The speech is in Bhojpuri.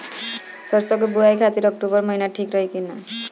सरसों की बुवाई खाती अक्टूबर महीना ठीक रही की ना?